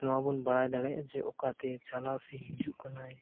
ᱱᱚᱣᱟ ᱵᱚᱱ ᱵᱟᱲᱟᱭ ᱫᱟᱲᱮᱭᱟᱜᱼᱟ ᱡᱮ ᱚᱠᱟᱛᱮ ᱪᱟᱞᱟᱣ ᱥᱮ ᱦᱤᱡᱩᱜ ᱠᱟᱱᱟᱭ